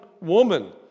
woman